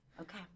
Okay